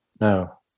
No